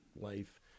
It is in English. life